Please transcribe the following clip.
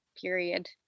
period